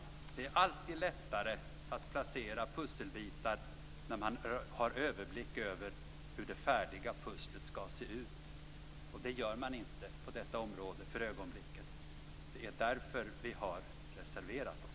Det är alltid lättare att placera pusselbitar när man har överblick över hur det färdiga pusslet skall se ut. Det har man inte på detta område för ögonblicket. Det är därför vi har reserverat oss.